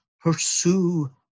pursue